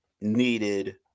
needed